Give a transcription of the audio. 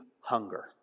hunger